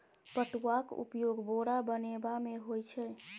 पटुआक उपयोग बोरा बनेबामे होए छै